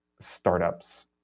startups